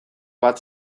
bat